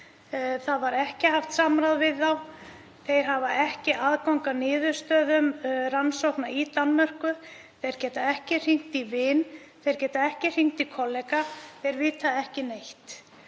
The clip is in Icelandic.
Það var ekki haft samráð við þá. Þeir hafa ekki aðgang að niðurstöðum rannsókna í Danmörku. Þeir geta ekki hringt í vin. Þeir geta ekki hringt í kollega, þeir vita ekki neitt.